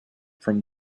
from